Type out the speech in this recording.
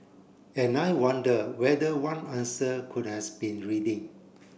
and I wonder whether one answer could has been reading